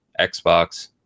Xbox